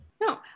No